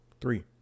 Three